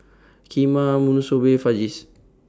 Kheema Monsunabe Fajitas